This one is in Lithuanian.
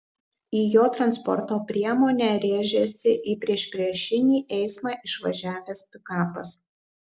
į jo transporto priemonę rėžėsi į priešpriešinį eismą išvažiavęs pikapas